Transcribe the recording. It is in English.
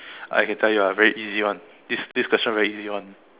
I can tell you ah very easy [one] this this question very easy [one]